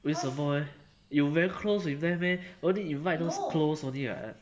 为什么 leh you very close with them meh only invite those close only [what]